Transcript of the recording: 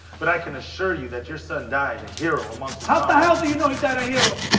but i can assure you that your son died a hero amongst how the hell do you know he died a hero?